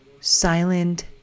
silent